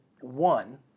one